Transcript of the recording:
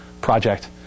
project